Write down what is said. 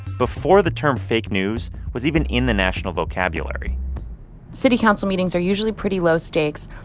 before the term fake news was even in the national vocabulary city council meetings are usually pretty low stakes.